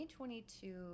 2022